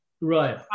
Right